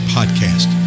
Podcast